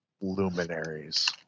Luminaries